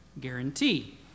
guarantee